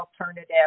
alternative